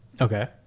Okay